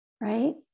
Right